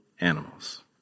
animals